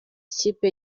ikipe